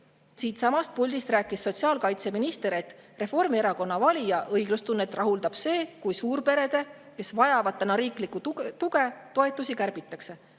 Siitsamast puldist rääkis sotsiaalkaitseminister, et Reformierakonna valija õiglustunnet rahuldab see, kui suurperede, kes vajavad täna riiklikku tuge, toetusi kärbitakse.